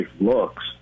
looks